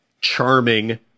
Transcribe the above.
charming